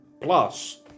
Plus